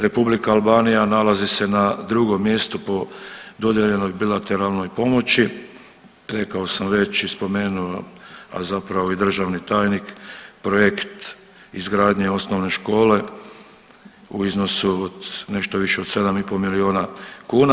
Republika Albanija nalazi se na drugom mjestu po dodijeljenoj bilateralnoj pomoći, rekao sam već i spomenuo, a zapravo i državni tajnik projekt izgradnje osnovne škole u iznosu nešto više od 7,5 milijuna kuna.